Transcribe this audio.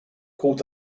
called